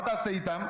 מה תעשה איתם?